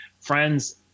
friends